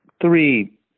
three